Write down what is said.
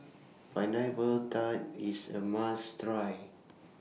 Pineapple Tart IS A must Try